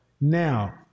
now